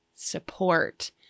support